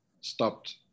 stopped